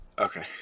Okay